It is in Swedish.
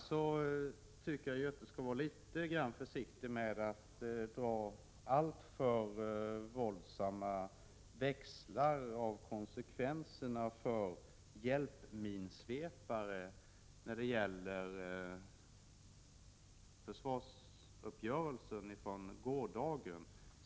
Jag tycker att Göthe Knutson kunde vara litet mera försiktig och inte dra alltför våldsamma växlar i fråga om konsekvenserna för hjälpminsvepare av försvarsuppgörelsen från gårdagen.